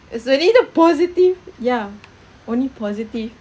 is only the positive ya only positive